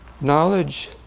Knowledge